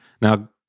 Now